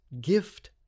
gift